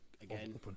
Again